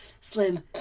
Slim